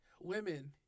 women